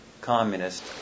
communist